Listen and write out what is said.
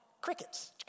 crickets